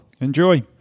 enjoy